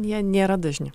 jie nėra dažni